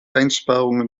einsparungen